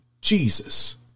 Jesus